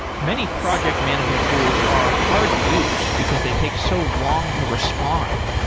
many project management tools are hard to use, because they take so long to respond.